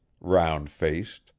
round-faced